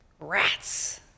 Rats